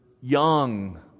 young